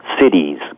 cities